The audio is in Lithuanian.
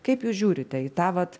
kaip jūs žiūrite į tą vat